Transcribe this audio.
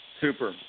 super